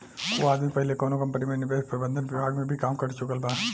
उ आदमी पहिले कौनो कंपनी में निवेश प्रबंधन विभाग में भी काम कर चुकल बा